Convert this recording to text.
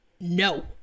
No